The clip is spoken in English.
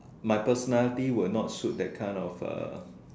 my personality will not suit that kind of